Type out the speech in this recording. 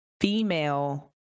female